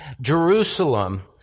Jerusalem